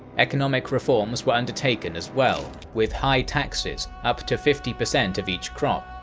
economic reforms were undertaken as well, with high taxes, up to fifty percent of each crop,